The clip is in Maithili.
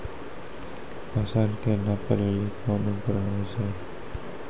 फसल कऽ नापै लेली कोन उपकरण होय छै?